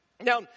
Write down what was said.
Now